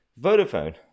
Vodafone